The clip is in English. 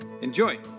Enjoy